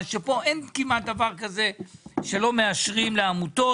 שכאן כמעט ואין דבר כזה שלא מאשרים לעמותות,